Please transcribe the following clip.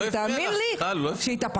ותאמין לי שהתאפקתי.